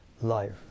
life